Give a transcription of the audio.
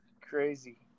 crazy